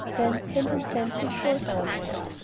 then hand in hand they stole downstairs,